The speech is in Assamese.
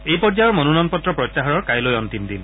এই পৰ্যায়ৰ মনোনয়ন পত্ৰ প্ৰত্যাহাৰৰ কাইলৈ অন্তিম দিন